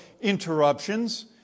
interruptions